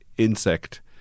Insect